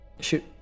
Shoot